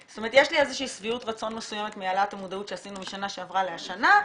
איזושהי שביעות רצון מסוימת מהעלאת המודעות שעשינו משנה שעברה לשנה הזו.